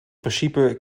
principe